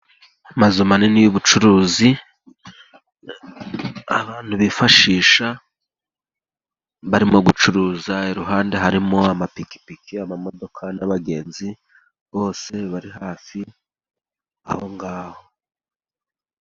Amazu manini y’ubucuruzi, abantu bifashisha barimo gucuruza. Iruhande harimo amapikipiki, amamodoka, n’abagenzi bose bari hafi aho ngaho